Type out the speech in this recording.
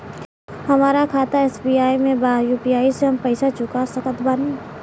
हमारा खाता एस.बी.आई में बा यू.पी.आई से हम पैसा चुका सकत बानी?